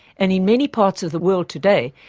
and in many parts of the world today,